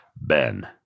Ben